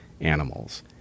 animals